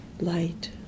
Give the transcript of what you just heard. light